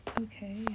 Okay